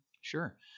Sure